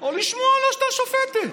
או לשמוע את השופטת.